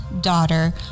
daughter